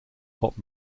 pop